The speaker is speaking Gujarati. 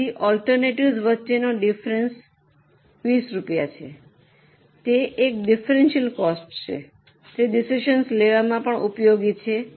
તેથી ઑલ્ટર્નટિવ્જ઼ વચ્ચેનો ડિફરન્સ 20 રૂપિયા છે તે એક ડિફરન્સિયલ કોસ્ટ છે તે ડિસિઝન લેવામાં પણ ઉપયોગી છે